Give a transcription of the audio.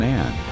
Man